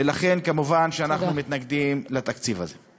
ולכן אנחנו כמובן מתנגדים לתקציב הזה.